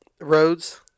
roads